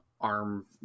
arm